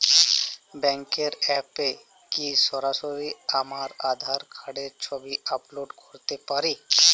ব্যাংকের অ্যাপ এ কি সরাসরি আমার আঁধার কার্ড র ছবি আপলোড করতে পারি?